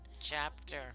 chapter